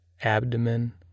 abdomen